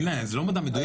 זה לא מדע מדויק.